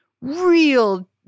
real